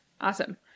Awesome